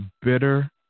bitter